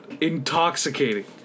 intoxicating